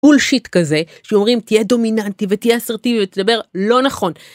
בולשיט כזה, שאומרים, תהיה דומיננטי ותהיה אסרטיבי ותדבר. לא נכון.